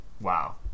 Wow